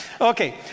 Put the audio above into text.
Okay